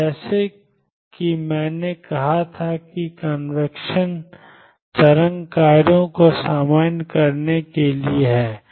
अब जैसा कि मैंने कहा था कि कन्वेंशन तरंग कार्यों को सामान्य करने के लिए है